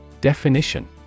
Definition